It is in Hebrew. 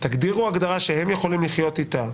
ותגדירו הגדרה שהם יכולים לחיות איתה.